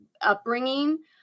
upbringing